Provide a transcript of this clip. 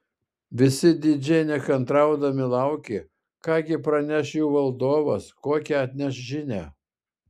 visi didžiai nekantraudami laukė ką gi praneš jų valdovas kokią atneš žinią